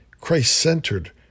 Christ-centered